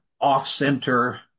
off-center